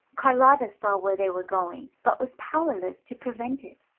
carlotta saw where they were going, but was powerless to prevent it.